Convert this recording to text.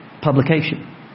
publication